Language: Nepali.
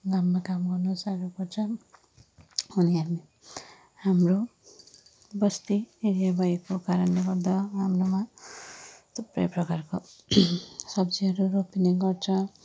घाममा काम गर्नु साह्रो पर्छ अनि हामी हाम्रो बस्ती एरिया भएको कारणले गर्दा हाम्रोमा थुप्रै प्रकारको सब्जीहरू रोपिने गर्छ